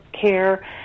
care